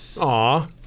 Aw